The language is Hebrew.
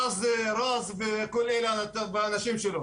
רז וכל האנשים שלו?